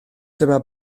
dyma